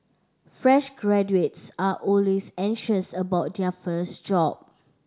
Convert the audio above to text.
fresh graduates are always anxious about their first job